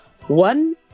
one